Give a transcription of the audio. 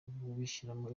kubishyiramo